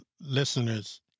listeners